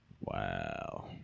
Wow